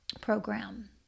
program